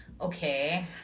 okay